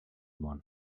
món